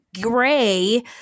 Gray